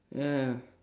ya